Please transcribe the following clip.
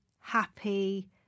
happy